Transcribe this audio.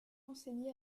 enseigné